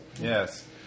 Yes